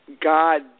God